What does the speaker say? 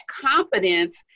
confidence